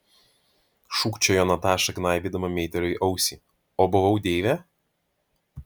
šūkčiojo nataša gnaibydama meitėliui ausį o buvau deivė